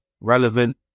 relevant